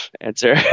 answer